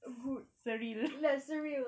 good like surreal